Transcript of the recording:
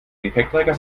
gepäckträger